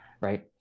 right